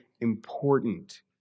important